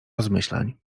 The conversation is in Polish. rozmyślań